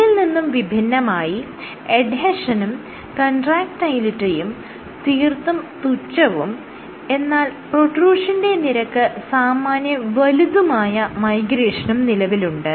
ഇതിൽ നിന്നും വിഭിന്നമായി എഡ്ഹെഷനും കൺട്രാക്ടയിലിറ്റിയും തീർത്തും തുച്ഛവും എന്നാൽ പ്രൊട്രൂഷന്റെ നിരക്ക് സാമാന്യം വലുതുമായ മൈഗ്രേഷനും നിലവിലുണ്ട്